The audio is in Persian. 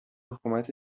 حکومت